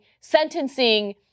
sentencing